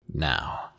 Now